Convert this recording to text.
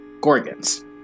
Gorgons